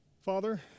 Father